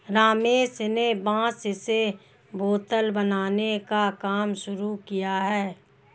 रमेश ने बांस से बोतल बनाने का काम शुरू किया है